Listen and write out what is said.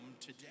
today